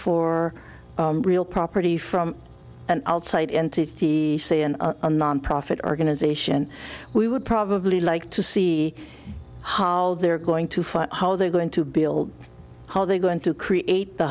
for real property from an outside entity say and a nonprofit organization we would probably like to see how they're going to fund how they're going to build how they're going to create the